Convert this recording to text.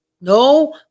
no